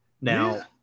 Now